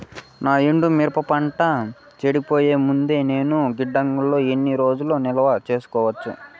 నా ఎండు మిరప పంట చెడిపోయే ముందు నేను గిడ్డంగి లో ఎన్ని రోజులు నిలువ సేసుకోవచ్చు?